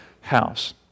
house